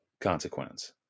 consequence